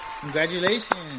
Congratulations